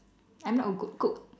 I'm not a good cook